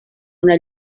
una